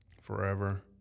forever